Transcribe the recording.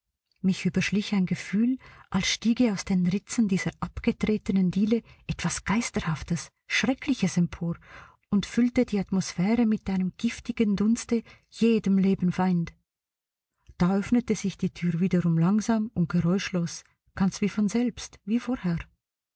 mich überschlich ein gefühl als stiege aus den ritzen dieser abgetretenen diele etwas geisterhaftes schreckliches empor und füllte die atmosphäre mit einem giftigen dunste jedem leben feind da öffnete sich die tür wiederum langsam und geräuschlos ganz wie von selbst wie vorher